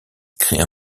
créent